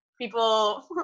People